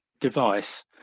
device